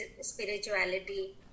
spirituality